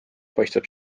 paistab